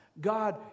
God